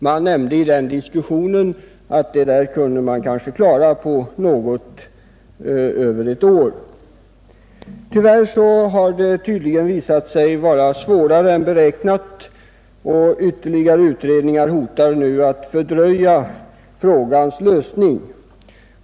Det angavs i diskussionen härom att dessa uppgifter kanske skulle kunna klaras på något över ett år. Tyvärr har uppdraget tydligen visat sig vara svårare än beräknat, och ytterligare utredningar hotar nu att fördröja frågans lösning.